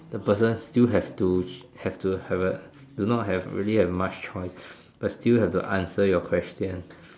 the person still have to have to have a do not really have much choice but still have to answer your question